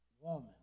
woman